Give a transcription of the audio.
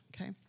okay